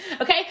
Okay